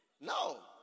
No